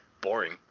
boring